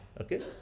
okay